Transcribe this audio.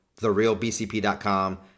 therealbcp.com